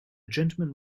gentleman